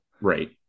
Right